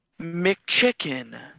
McChicken